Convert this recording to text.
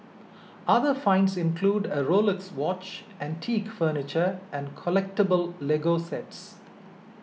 other finds include a Rolex watch antique furniture and collectable Lego sets